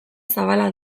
zabala